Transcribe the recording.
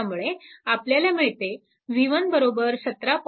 त्यामुळे आपल्याला मिळते v1 17